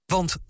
Want